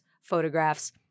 photographs